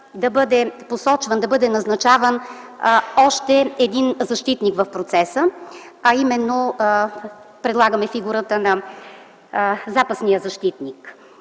да бъде посочван, да бъде назначаван още един защитник в процеса, а именно предлагаме фигурата на запасния защитник.